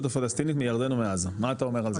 הפלסטינית מירדן ומעזה מה אתה אומר על זה?